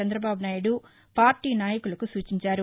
చంద్రబాబు నాయుడు పార్టీ నాయకులకు సూచించారు